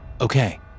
Okay